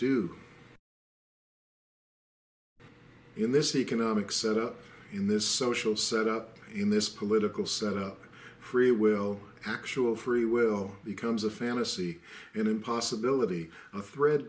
do in this economic set up in this social set up in this political set up free will actual free will becomes a fantasy and in possibility of